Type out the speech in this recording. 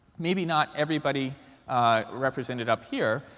maybe not everybody represented up here,